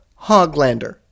Hoglander